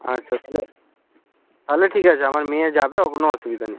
আচ্ছা তাহলে তাহলে ঠিক আছে আমার মেয়ে যাবে ও কোনো অসুবিধা নেই